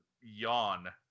yawn